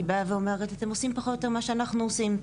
היא באה ואומרת אתם עושים פחות או יותר מה שאנחנו עושים.